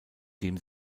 dem